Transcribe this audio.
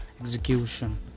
execution